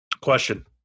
Question